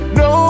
no